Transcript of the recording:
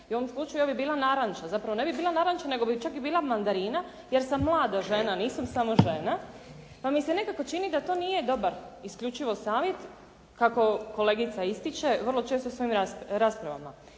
i u ovom slučaju ovo bi bila naranča. Zapravo ne bi bila naranča nego bi čak i bila mandarina jer sam mlada žena, nisam samo žena. Pa mi se nekako čini da to nije dobar isključivo savjet kako kolegica ističe vrlo često u svojim raspravama.